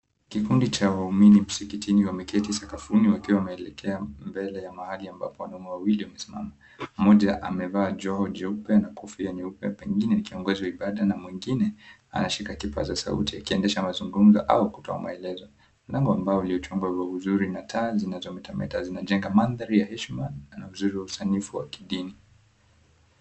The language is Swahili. Kikundi cha waumini msikitini wameketi sakafuni wakiwa wameelekea mbele ya mahali ambapo wanaume wawili wamesimama, mmoja amevaa joho jeupe na kofia nyeupe pengine wakingoja ibada na mwingine ameshika kipasa sauti akiendesha mazungumzo au kutoa maelezo. Mlango wa mbao uliochongwa vizuri na taa zinazo meta meta zinajenga mandhari ya heshima na uzuri wa usanifu wa kidini.